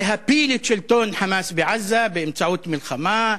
להפיל את שלטון "חמאס" בעזה באמצעות מלחמה,